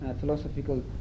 philosophical